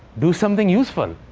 do something useful.